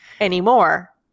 anymore